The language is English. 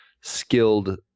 skilled